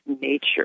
Nature